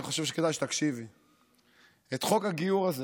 אני חושב שכדאי שתקשיבי את חוק הגיור הזה